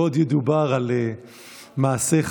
עוד ידובר על מעשיך.